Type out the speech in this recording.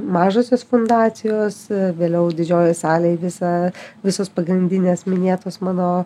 mažosios fundacijos vėliau didžiojoj salėj visa visos pagrindinės minėtos mano